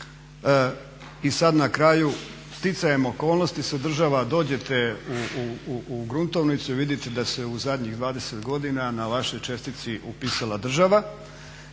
i sad na kraju sticajem okolnosti se država, dođete u gruntovnicu i vidite da se u zadnjih 20 godina na vašoj čestici upisala država.